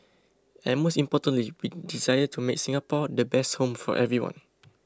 and most importantly we desire to make Singapore the best home for everyone